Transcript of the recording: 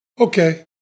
Okay